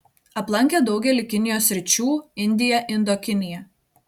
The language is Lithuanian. aplankė daugelį kinijos sričių indiją indokiniją